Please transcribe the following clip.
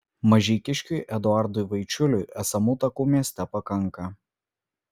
mažeikiškiui eduardui vaičiuliui esamų takų mieste pakanka